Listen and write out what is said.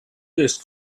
des